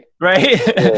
Right